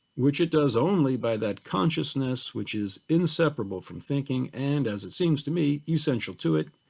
which it does only by that consciousness, which is inseparable from thinking and as it seems to me, essential to it,